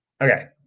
Okay